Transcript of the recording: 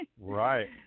Right